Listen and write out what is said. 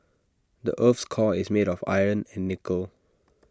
the Earth's core is made of iron and nickel